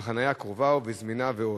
בחנייה קרובה וזמינה ועוד,